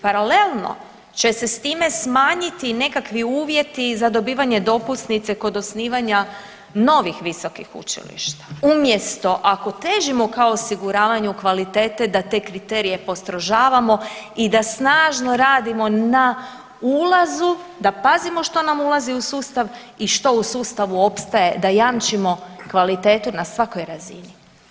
Paralelno će se s time smanjiti nekakvi uvjeti za dobivanje dopusnice kod osnivanja novih visokih učilišta umjesto ako težimo ka osiguravanju kvalitete da te kriterije postrožavamo i da snažno radimo na ulazu, da pazimo što nam ulazi u sustav i što u sustavu opstaje, da jamčimo kvalitetu na svakoj razini.